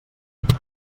clars